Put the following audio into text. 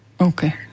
Okay